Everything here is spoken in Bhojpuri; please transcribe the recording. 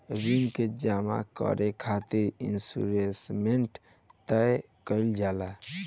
ऋण के जामा करे खातिर इंस्टॉलमेंट तय कईल जाला